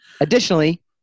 Additionally